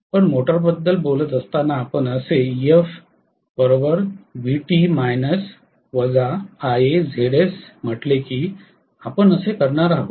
पण मोटरबद्दल बोलताना आपण असे म्हटले की आपण असे करणार आहोत